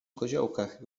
koziołkach